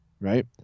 right